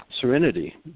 serenity